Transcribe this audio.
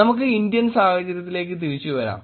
നമുക്ക് ഇന്ത്യൻ സാഹചര്യത്തിലേക്ക് തിരിച്ചു വരാം